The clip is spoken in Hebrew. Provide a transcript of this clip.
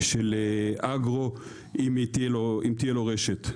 אם תהיה רשת.